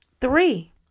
three